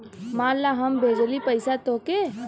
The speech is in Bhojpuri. मान ला हम भेजली पइसा तोह्के